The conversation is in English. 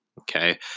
okay